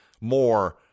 more